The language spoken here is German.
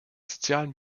sozialen